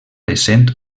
essent